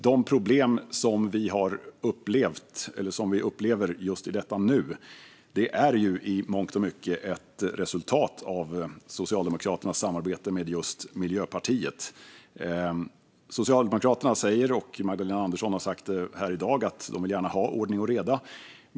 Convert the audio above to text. De problem vi har upplevt och upplever i detta nu är i mångt och mycket ett resultat av Socialdemokraternas arbete samarbete med just Miljöpartiet. Socialdemokraterna säger, och Magdalena Andersson har sagt det här i dag, att de vill ha ordning och reda.